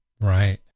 Right